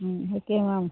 ம் okay ma'am